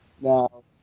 Now